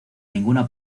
ninguna